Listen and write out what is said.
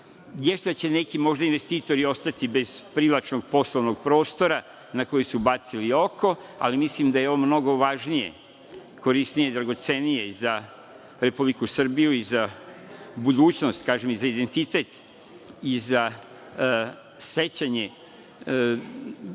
Jeste da će možda neki investitori ostati bez privlačnog poslovnog prostora na koji su bacili oko, ali mislim da je ovo mnogo važnije, korisnije, dragocenije i za Republiku Srbiju i za budućnost, kažem i za identitet, za sećanje